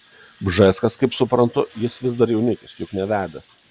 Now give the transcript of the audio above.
bžeskas kaip suprantu jis vis dar jaunikis juk nevedęs